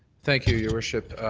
thank you, your worship.